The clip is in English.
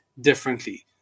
differently